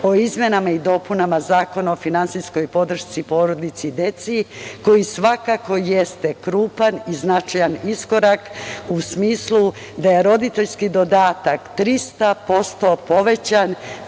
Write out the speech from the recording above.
o izmenama i dopunama Zakona o finansijskoj podršci porodici sa decom koji svakako jeste krupan i značajan iskorak u smislu da je roditeljski dodatak 300% povećan